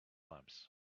limes